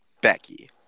Becky